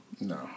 No